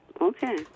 Okay